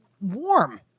warm